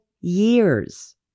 years